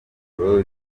kubona